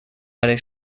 برای